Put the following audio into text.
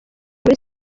muri